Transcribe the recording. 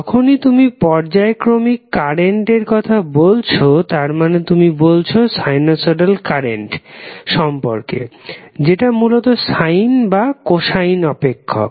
যখনই তুমি পর্যায়ক্রমিক কারেন্ট এর কথা বলছো তার মানে তুমি বলছো সানুসয়ডাল কারেন্ট সম্পর্কে যেটা মূলত সাইন বা কোসাইন অপেক্ষক